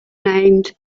named